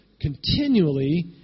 continually